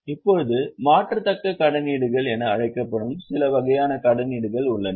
இப்போது மாற்றத்தக்க கடனீடுகள் என அழைக்கப்படும் சில வகையான கடனீடுகள் உள்ளன